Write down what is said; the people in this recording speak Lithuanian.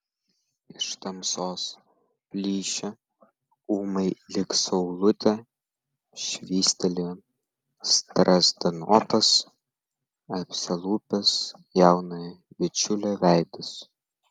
iš tamsos plyšio ūmai lyg saulutė švystelėjo strazdanotas apsilupęs jaunojo bičiulio veidas